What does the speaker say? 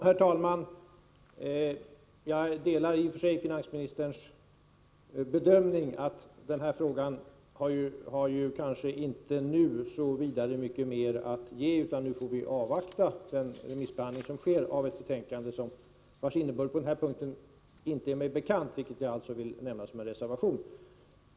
Herr talman! Jag ansluter mig i och för sig till finansministerns bedömning att den här frågan kanske inte nu har så vidare mycket mer att ge, utan nu får vi avvakta den remissbehandling som sker av ett betänkande vars innebörd på den här punkten är mig obekant, vilket jag alltså vill nämna som en reservation.